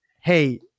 Hey